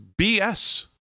BS